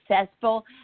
successful